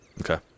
Okay